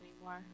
anymore